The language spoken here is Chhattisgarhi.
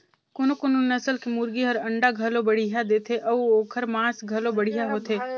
कोनो कोनो नसल के मुरगी हर अंडा घलो बड़िहा देथे अउ ओखर मांस घलो बढ़िया होथे